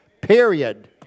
Period